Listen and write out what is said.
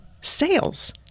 sales